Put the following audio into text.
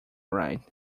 right